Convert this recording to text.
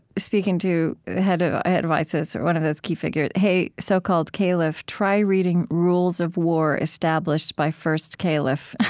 speaking to the head ah head of isis, one of those key figures. hey, so-called caliph, try reading rules of war established by first caliph.